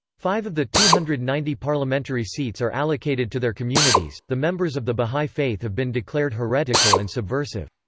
five of the two hundred and ninety parliamentary seats are allocated to their communities the members of the baha'i faith have been declared heretical and subversive.